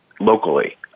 locally